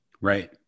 Right